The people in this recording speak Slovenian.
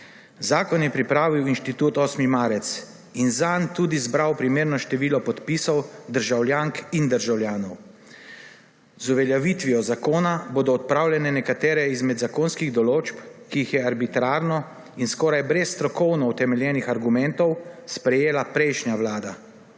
Zakon je pripravil Inštitut 8. marec in zanj tudi zbral primerno število podpisov državljank in državljanov. Z uveljavitvijo zakona bodo odpravljene nekatere izmed zakonskih določb, ki jih je arbitrarno in skoraj brez strokovno utemeljenih argumentov sprejela prejšnja vlada.